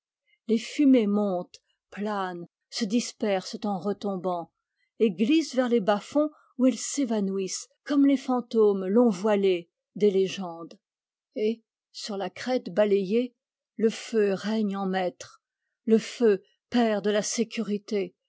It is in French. les fumées montent planent se dispersent en retombant et glissent vers les bas-fonds où elles s'évanouissent comme les fantômes long voilés des légendes et sur la crête balayée le feu règne en maître le feu père de la sécurité